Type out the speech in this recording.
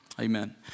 Amen